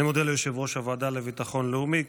אני מודה ליושב-ראש הוועדה לביטחון לאומי.